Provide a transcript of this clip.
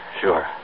sure